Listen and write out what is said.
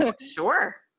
Sure